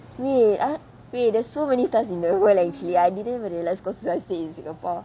wait I wait there's so many stars in the world actually I didn't even realise because I stay in singapore